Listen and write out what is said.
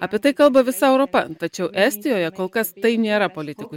apie tai kalba visa europa tačiau estijoje kol kas tai nėra politikų